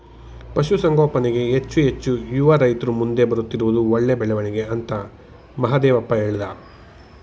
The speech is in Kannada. ಪಶುಸಂಗೋಪನೆಗೆ ಹೆಚ್ಚು ಹೆಚ್ಚು ಯುವ ರೈತ್ರು ಮುಂದೆ ಬರುತ್ತಿರುವುದು ಒಳ್ಳೆ ಬೆಳವಣಿಗೆ ಅಂತ ಮಹಾದೇವಪ್ಪ ಹೇಳ್ದ